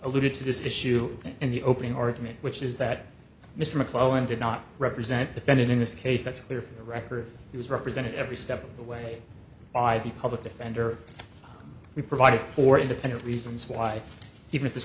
alluded to this issue and the opening argument which is that mr mcclellan did not represent defendant in this case that's clear from the record he was represented every step of the way by the public defender we provided for independent reasons why even